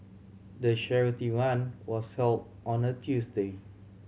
the charity run was held on a Tuesday